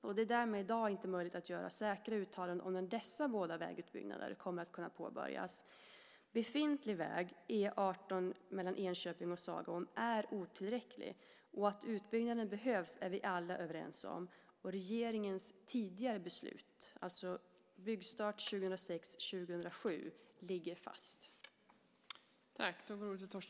Det är därmed i dag inte möjligt att göra säkra uttalanden om när dessa båda vägutbyggnader kan komma att påbörjas. Befintlig väg E 18 mellan Enköping och Sagån är otillräcklig och att en utbyggnad behövs är vi alla överens om. Regeringens tidigare beslut, alltså byggstart 2006-2007, ligger fast.